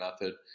method